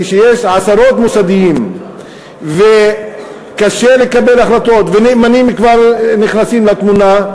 כשיש עשרות מוסדיים וקשה לקבל החלטות ונאמנים כבר נכנסים לתמונה,